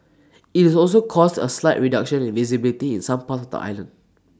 IT is also caused A slight reduction in visibility in some parts of the island